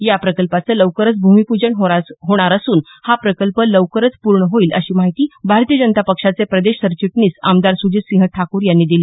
या प्रकल्पाचं लवकरच भूमीपूजन होणार असून हा प्रकल्प लवकरच पूर्ण होईल अशी माहिती भारतीय जनता पक्षाचे प्रदेश सरचिटणीस आमदार सुजितसिंह ठाकूर यांनी दिली